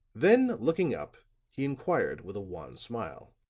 then looking up he inquired with a wan smile.